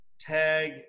tag